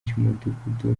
cy’umudugudu